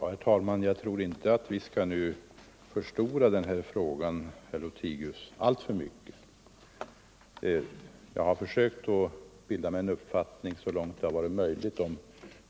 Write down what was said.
Herr talman! Vi skall inte förstora den här frågan alltför mycket, herr Lothigius. Jag har försökt bilda mig en uppfattning, så långt det varit möjligt, om